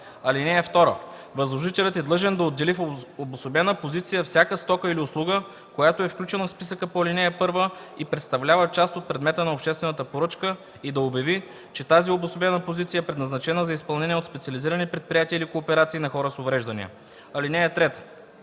(2) Възложителят е длъжен да отдели в обособена позиция всяка стока или услуга, която е включена в списъка по ал. 1, и представлява част от предмета на обществената поръчка, и да обяви, че тази обособена позиция е предназначена за изпълнение от специализирани предприятия или кооперации на хора с увреждания. (3)